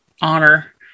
honor